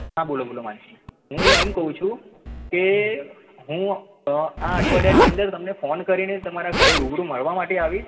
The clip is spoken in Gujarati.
હા બોલો બોલો માનસિંગભાઇ હું એમ કહું છું કે હું આ અઠવાડિયાની અંદર તમને ફોન કરીને તમારા ઘરે રૂબરૂ મળવા માટે આવીશ